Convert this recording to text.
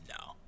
No